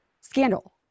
scandal